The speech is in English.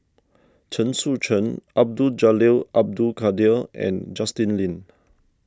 Chen Sucheng Abdul Jalil Abdul Kadir and Justin Lean